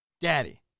Daddy